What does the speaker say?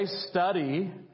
study